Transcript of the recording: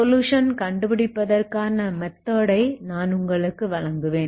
solution கண்டுபிடிப்பதற்கான மெத்தடை நான் உங்களுக்கு வழங்குவேன்